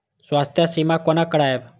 स्वास्थ्य सीमा कोना करायब?